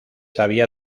había